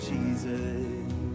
Jesus